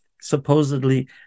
supposedly